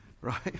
right